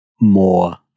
more